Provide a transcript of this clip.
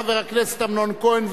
חבר הכנסת אמנון כהן,